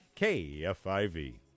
kfiv